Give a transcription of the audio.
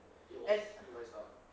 and